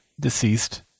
deceased